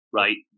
right